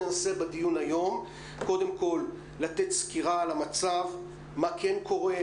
ננסה בדיון היום קודם כול לתת סקירה על המצב מה כן קורה,